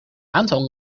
aantal